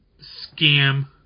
scam